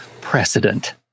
precedent